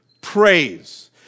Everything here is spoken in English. praise